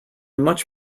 much